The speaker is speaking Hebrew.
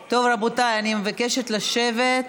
רבותיי, אני מבקשת לשבת.